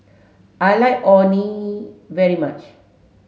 I like Orh Nee very much